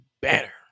better